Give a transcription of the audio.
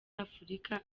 afurika